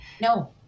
No